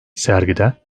sergide